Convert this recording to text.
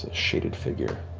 shaded figure.